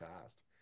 past